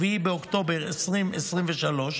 7 באוקטובר 2023,